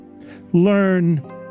Learn